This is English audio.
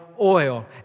oil